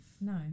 No